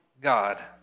God